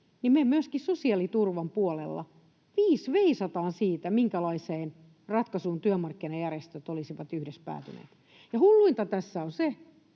niin me myöskin sosiaaliturvan puolella viis veisataan siitä, minkälaiseen ratkaisuun työmarkkinajärjestöt olisivat yhdessä päätyneet. Ja hulluinta tässä on se,